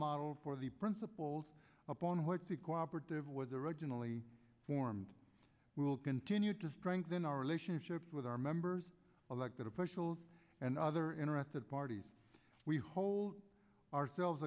model for the principles upon which to co operative was originally formed we will continue to strengthen our relationship with our members elected officials and other interested parties we hold ourselves